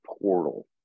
portal